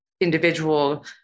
individual